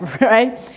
right